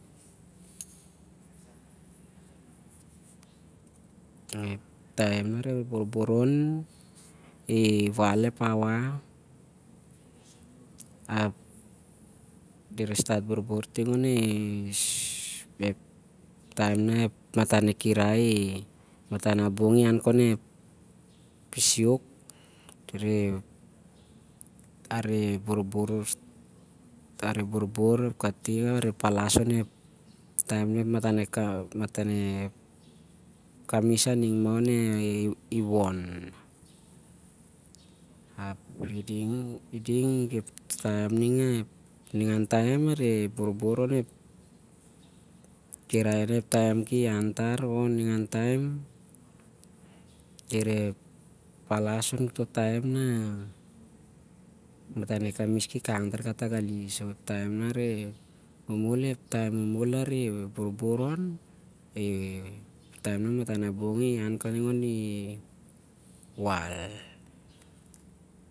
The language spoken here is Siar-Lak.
Ep taem nah reh borbor on- i- wal- ep hour ap a reh tur pas ep borbor onep taem nah a matan ep bong i- han- kaon i- siwok, ap areh borbor ap kating a palas onep, matan e- kamis aning mah- oni- won. Api ding ep taem ning, ningan taem areh borbor onep kirai nah ep taem ki- an- tar o- ningan taem, di- reh palas na matan a kamis ki kang tar kata gali.